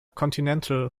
continental